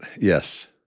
Yes